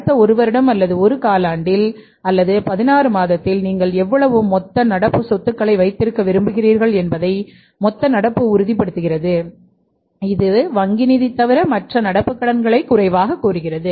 அடுத்த ஒரு வருடம் அல்லது ஒரு காலாண்டில் அல்லது 16 மாதத்தில் நீங்கள் எவ்வளவு மொத்த நடப்பு சொத்துக்களை வைத்திருக்க விரும்புகிறீர்கள் என்பதை மொத்த நடப்பு உறுதிப்படுத்துகிறது இது வங்கி நிதி தவிர மற்ற நடப்பு கடன்களைக் குறைவாகக் கூறுகிறது